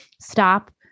stop